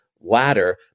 ladder